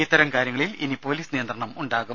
ഇത്തരം കാര്യങ്ങളിൽ ഇനി പൊലീസ് നിയന്ത്രണം ഉണ്ടാകും